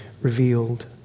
revealed